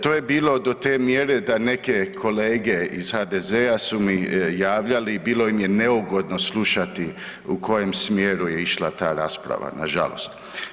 To je bilo do te mjere da neke kolege iz HDZ-a su mi javljali, bilo im je neugodno slušati u kojem smjeru je išla ta rasprava, nažalost.